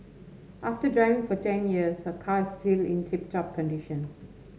after driving for ten years her car is still in tip top condition